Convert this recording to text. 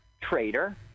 trader